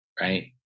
right